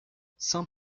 saint